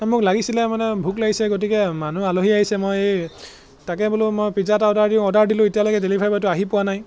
মোক লাগিছিলে মানে ভোক লাগিছে গতিকে মানুহ আলহী আহিছে মই এই তাকে বোলো মই পিজ্জা এটা অৰ্ডাৰ দিওঁ অৰ্ডাৰ দিলোঁ এতিয়ালৈকে ডেলিভাৰী বয়টো আহি পোৱা নাই